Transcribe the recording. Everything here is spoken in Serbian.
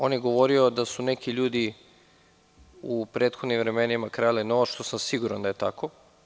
On je govorio da su neki ljudi u prethodnim vremenima krali novac, što sam siguran da je tako.